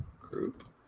group